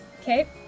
Okay